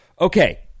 Okay